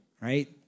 right